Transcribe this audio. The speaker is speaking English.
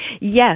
Yes